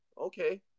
okay